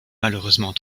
malheureusement